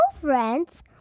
friends